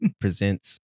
Presents